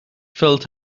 filled